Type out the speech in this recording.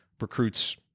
recruits